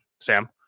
Sam